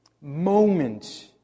moment